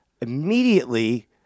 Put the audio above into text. immediately